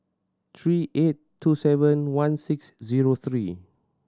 three eight two seven one six zero three